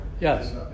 Yes